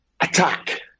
Attack